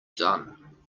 done